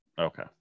Okay